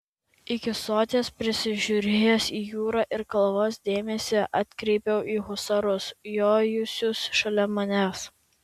iki soties prisižiūrėjęs į jūrą ir kalvas dėmesį atkreipiau į husarus jojusius šalia manęs